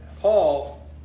Paul